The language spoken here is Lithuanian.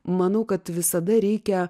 manau kad visada reikia